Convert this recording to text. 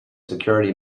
security